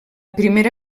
primera